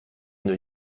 une